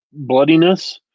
bloodiness